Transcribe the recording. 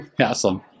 Awesome